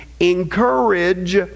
encourage